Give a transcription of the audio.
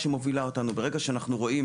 ברגע שאנחנו רואים